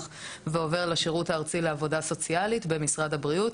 ועובר לשירות הארצי לעבודה הסוציאלית במשרד הבריאות.